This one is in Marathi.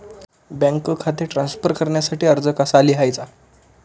बँक खाते ट्रान्स्फर करण्यासाठी अर्ज कसा लिहायचा?